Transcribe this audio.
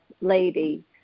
lady